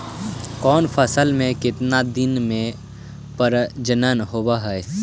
कौन फैसल के कितना दिन मे परजनन होब हय?